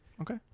Okay